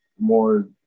more